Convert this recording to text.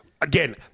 again